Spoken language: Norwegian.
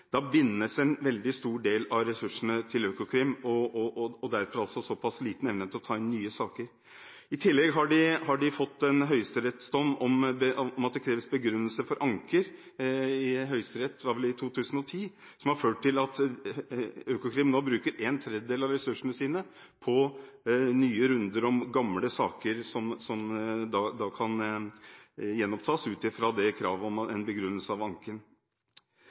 bindes en veldig stor del av Økokrims ressurser. Derfor har de altså såpass liten evne til å ta inn nye saker. I tillegg har de fått en høyesterettsdom – det var vel i 2010 – om at det kreves begrunnelse for anke i Høyesterett, noe som har ført til at Økokrim nå bruker en tredjedel av ressursene sine på nye runder om gamle saker som kan gjenopptas, ut fra kravet om en begrunnelse av anken.